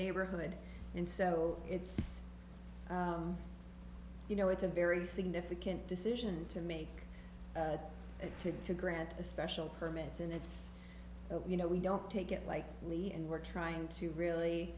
neighborhood and so it's you know it's a very significant decision to make it to to grant a special permit and it's you know we don't take it like lee and we're trying to really